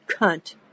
cunt